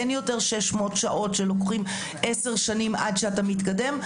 אין יותר 600 שעות שלוקח 10 שנים להתקדם.